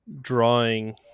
drawing